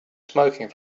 smoking